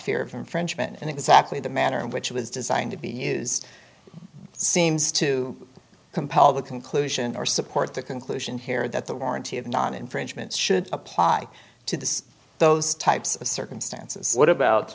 fear of infringement and exactly the manner in which was designed to be used seems to compel the conclusion or support the conclusion here that the warranty of non infringements should apply to the those types of circumstances what about